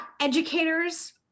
educators